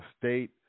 state